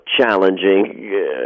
challenging